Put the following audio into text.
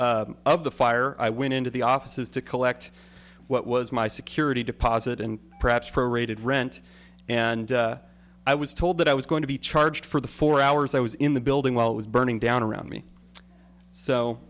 morning of the fire i went into the offices to collect what was my security deposit and perhaps pro rated rent and i was told that i was going to be charged for the four hours i was in the building while it was burning down around me so